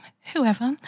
whoever